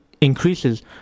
increases